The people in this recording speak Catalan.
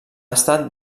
estat